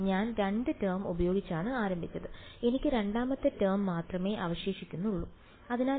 ഞാൻ രണ്ട് ടേം ഉപയോഗിച്ചാണ് ആരംഭിച്ചത് എനിക്ക് രണ്ടാമത്തെ ടേം മാത്രമേ അവശേഷിക്കുന്നുള്ളൂ അതിനാൽ H0